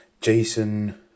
Jason